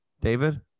David